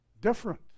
different